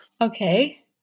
Okay